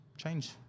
change